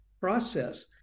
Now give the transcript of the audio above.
process